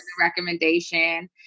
recommendation